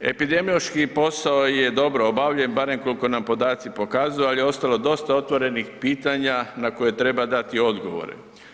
Epidemiološki posao je dobro obavljen, barem koliko nam podaci pokazuju, al je ostalo dosta otvorenih pitanja na koje treba dati odgovore.